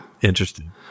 interesting